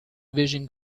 vision